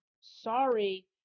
Sorry